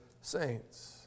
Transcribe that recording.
saints